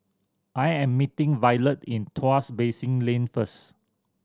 I am meeting Violet in Tuas Basin Lane first